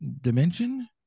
dimension